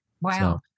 Wow